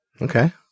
Okay